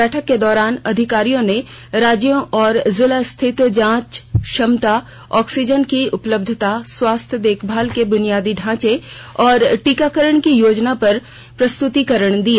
बैठक के दौरान अधिकारियों ने राज्यों और जिला स्थिति जांच क्षमता ऑक्सीजन की उपलब्धता स्वास्थ्य देखभाल के बुनियादी ढ़ांचे और टीकाकरण की योजना पर प्रस्तुतिकरण दिए